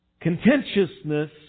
Contentiousness